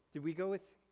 did we go with,